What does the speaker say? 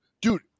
dude